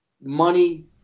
money